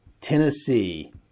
Tennessee